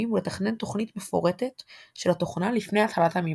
ולתכנן תוכנית מפורטת של התוכנה לפני התחלת המימוש,